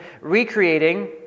recreating